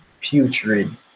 putrid